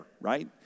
right